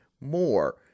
more